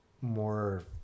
more